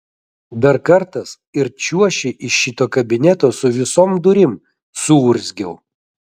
dar kartas ir čiuoši iš šito kabineto su visom durim suurzgiau